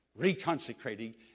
reconsecrating